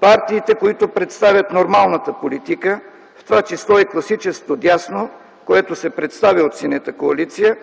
партиите, които представят нормалната политика, в това число и класическото дясно, което се представя от Синята коалиция,